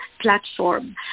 platform